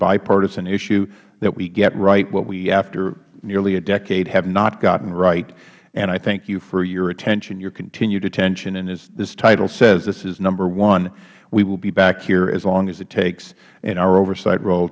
bipartisan issue that we get right after what we after merely a decade have not gotten right and i thank you for your attention your continued attention as this title says this is number one we will be back here as long as it takes in our oversight role